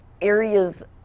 Areas